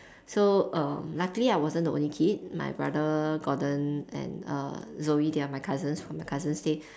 so err luckily I wasn't the only kid my brother Gordon and err Zoe they are my cousins how my cousins they